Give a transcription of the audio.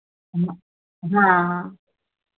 हँ हाँ हाँ